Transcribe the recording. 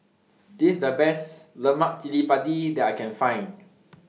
This IS The Best Lemak Cili Padi that I Can Find